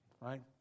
right